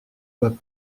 pas